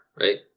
right